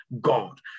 God